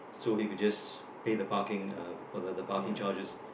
so he could just pay the parking uh for the the parking charges